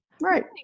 right